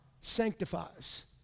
sanctifies